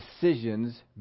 decisions